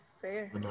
fair